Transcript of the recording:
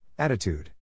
Attitude